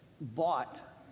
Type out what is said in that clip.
bought